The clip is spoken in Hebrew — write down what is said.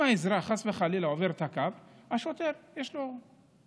אם האזרח, חס וחלילה, עובר את הקו, לשוטר יש מדים.